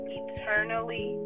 eternally